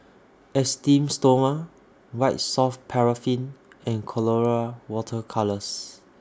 Esteem Stoma White Soft Paraffin and Colora Water Colours